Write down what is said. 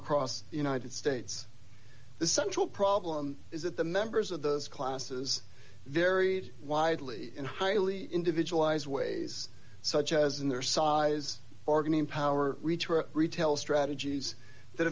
across the united states the central problem is that the members of those classes varied widely in highly individualized ways such as in their size organ in power retail strategies that